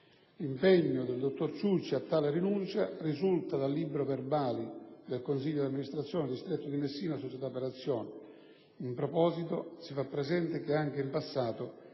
L'impegno del dottor Ciucci a tale rinuncia risulta dal libro verbali del consiglio di amministrazione di Stretto di Messina Spa. In proposito, si fa presente che anche in passato